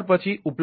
આગળ